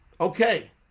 Okay